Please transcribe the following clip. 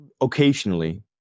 occasionally